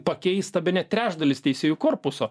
pakeista bene trečdalis teisėjų korpuso